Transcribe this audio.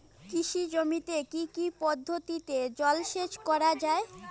কৃষি জমিতে কি কি পদ্ধতিতে জলসেচ করা য়ায়?